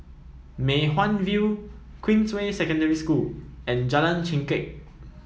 Mei Hwan View Queensway Secondary School and Jalan Chengkek